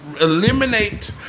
eliminate